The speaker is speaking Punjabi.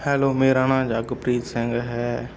ਹੈਲੋ ਮੇਰਾ ਨਾਮ ਜੱਗਪ੍ਰੀਤ ਸਿੰਘ ਹੈ